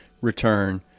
return